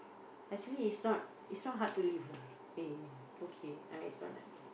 actually it's not it's not hard to live lah it's okay lah